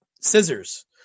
scissors